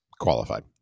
qualified